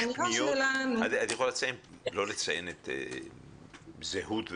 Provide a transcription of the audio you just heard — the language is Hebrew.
אנחנו צריכים לתגבר את המערכת הזאת.